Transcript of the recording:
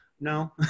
no